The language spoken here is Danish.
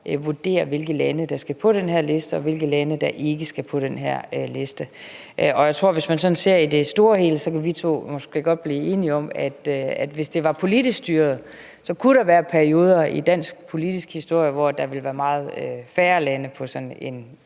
vurderer, hvilke lande der skal på den her liste, og hvilke lande der ikke skal. Jeg tror måske godt, at vi to, hvis man sådan ser det i den store sammenhæng, kan blive enige om, at hvis det var politisk styret, så kunne der være perioder i dansk politisk historie, hvor der ville være meget færre lande på sådan en